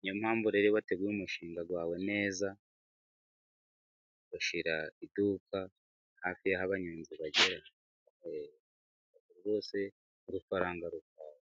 ni yo mpamvu rero iyo wateguye umushinga wawe neza, ushyira iduka hafi y'aho abanyozi bagera rwose urufaranga rukaza.